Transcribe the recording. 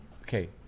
Okay